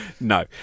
No